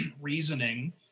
reasoning